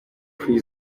free